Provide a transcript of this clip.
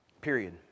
Period